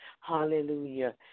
Hallelujah